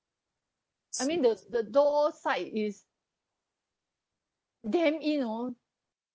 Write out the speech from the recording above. I mean the the door side is damn in oh